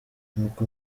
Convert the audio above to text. nk’uko